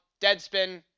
Deadspin